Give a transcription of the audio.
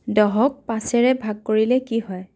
দহক পাঁচেৰে ভাগ কৰিলে কি হয়